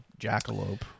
jackalope